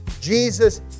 Jesus